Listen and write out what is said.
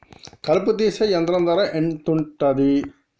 కలుపు తీసే యంత్రం ధర ఎంతుటది?